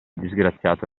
disgraziato